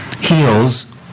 heals